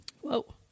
Whoa